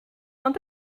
ond